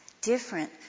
different